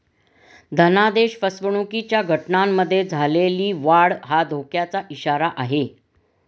धनादेश फसवणुकीच्या घटनांमध्ये झालेली वाढ हा धोक्याचा इशारा आहे